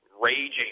raging